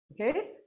Okay